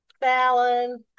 Fallon